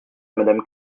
madame